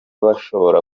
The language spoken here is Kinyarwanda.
bashobora